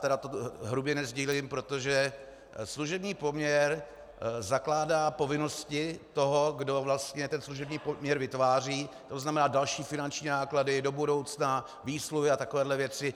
Já tedy toto hrubě nesdílím, protože služební poměr zakládá povinnosti toho, kdo vlastně ten služební poměr vytváří, to znamená další finanční náklady do budoucna, výsluhy a takovéhle věci.